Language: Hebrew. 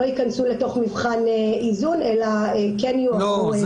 לא ייכנסו למבחן איזון אלא כן יועברו.